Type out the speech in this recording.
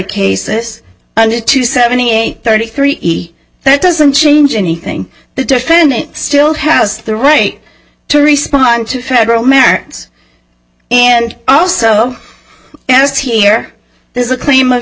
cases under two seventy eight thirty three that doesn't change anything the defendant still has the right to respond to federal merits and also as here there's a claim of